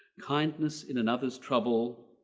kindness in another's trouble.